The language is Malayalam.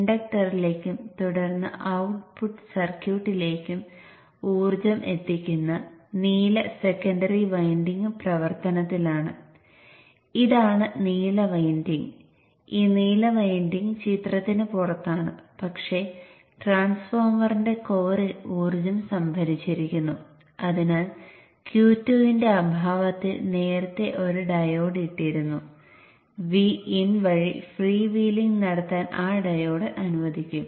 Q1 ഉം Q2 ഉം ഒരേസമയം ഓണാക്കാൻ കഴിയില്ല കാരണം അത് ഒരു വെർച്വൽ ഷോർട്ട് സർക്യൂട്ട് ആയിരിക്കും അല്ലെങ്കിൽ ഷൂട്ട് ത്രൂ ആകും